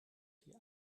die